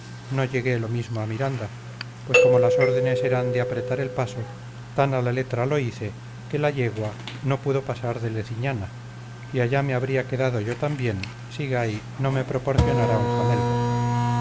no llegué lo mismo a miranda pues como las órdenes eran de apretar el paso tan a la letra lo hice que la yegua no pudo pasar de leciñana y allá me habría quedado yo también si gay no me proporcionara un jamelgo